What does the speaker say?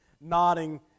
nodding